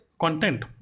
content